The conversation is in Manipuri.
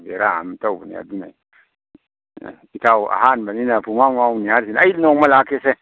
ꯕꯦꯔꯥ ꯑꯃ ꯇꯧꯕꯅꯤ ꯑꯗꯨꯅ ꯏꯇꯥꯎ ꯑꯍꯥꯟꯕꯅꯤꯅ ꯄꯨꯉꯥꯎ ꯉꯥꯎꯅꯤ ꯍꯥꯏꯔꯤꯁꯤꯅꯤ ꯑꯩ ꯅꯣꯡꯃ ꯂꯥꯛꯀꯦꯁꯦ